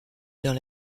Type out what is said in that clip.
dans